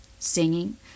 Singing